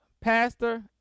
pastor